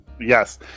Yes